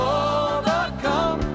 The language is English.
overcome